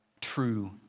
true